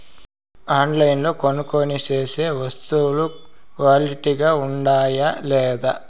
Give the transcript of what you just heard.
ఆన్లైన్లో కొనుక్కొనే సేసే వస్తువులు క్వాలిటీ గా ఉండాయా లేదా?